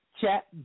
chat